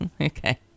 Okay